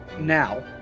now